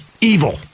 evil